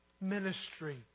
ministry